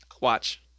Watch